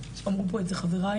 אמרו את זה פה חבריי,